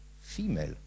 female